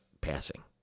passing